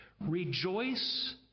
rejoice